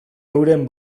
euren